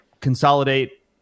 Consolidate